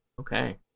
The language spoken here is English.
okay